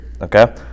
okay